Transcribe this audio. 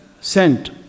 sent